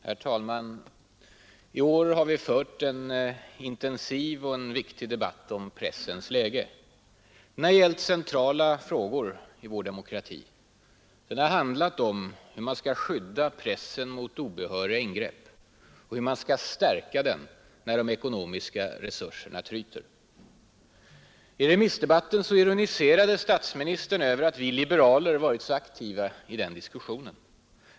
Herr talman! I år har vi fört en intensiv och viktig debatt om pressens läge. Den har gällt centrala frågor i vår demokrati. Den har handlat om hur man skall skydda pressen mot obehöriga ingrepp och hur man skall stärka den när de ekonomiska resurserna tryter. I remissdebatten ironiserade statsministern över att vi liberaler varit så aktiva i den diskussionen.